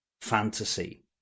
fantasy